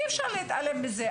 אי אפשר להתעלם מזה.